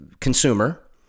consumer